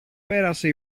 πέρασε